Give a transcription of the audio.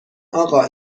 آقا